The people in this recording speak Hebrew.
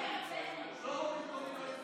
התשפ"ב 2021, לוועדה